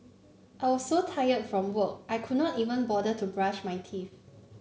I were so tired from work I could not even bother to brush my teeth